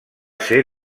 ser